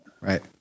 Right